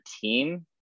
team